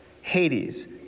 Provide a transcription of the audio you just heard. Hades